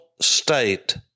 state